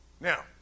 Now